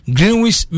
Greenwich